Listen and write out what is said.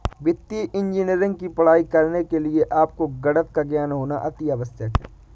वित्तीय इंजीनियरिंग की पढ़ाई करने के लिए आपको गणित का ज्ञान होना अति आवश्यक है